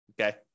okay